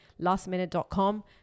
Lastminute.com